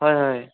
হয় হয়